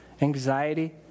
anxiety